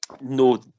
no